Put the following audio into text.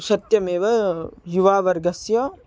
सत्यमेव युववर्गस्य